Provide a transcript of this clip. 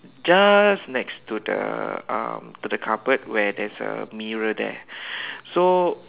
just next to the um to the cupboard where there is a mirror there so